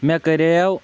مےٚ کَریاو